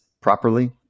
properly